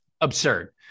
absurd